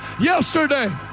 yesterday